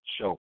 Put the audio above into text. Show